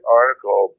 article